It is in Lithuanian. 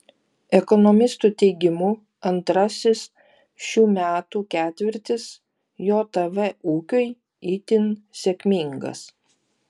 ekonomistų teigimu antrasis šių metų ketvirtis jav ūkiui itin sėkmingas